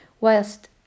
whilst